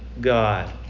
God